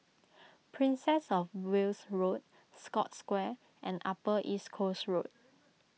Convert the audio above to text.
Princess of Wales Road Scotts Square and Upper East Coast Road